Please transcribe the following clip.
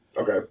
Okay